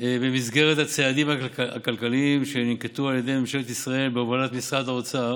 במסגרת הצעדים הכלכליים שננקטו על ידי ממשלת ישראל בהובלת משרד האוצר